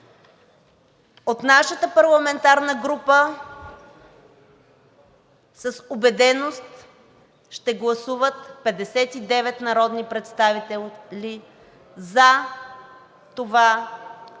От нашата парламентарна група с убеденост ще гласуват 59 народни представители за това